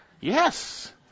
Yes